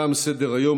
תם סדר-היום.